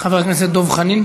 חבר הכנסת דב חנין,